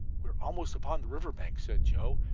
we are almost upon the river bank, said joe.